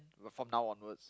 from now onwards